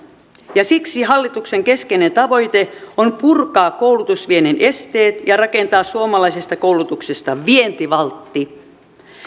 ja siksi hallituksen keskeinen tavoite on purkaa koulutusviennin esteet ja rakentaa suomalaisesta koulutuksesta vientivaltti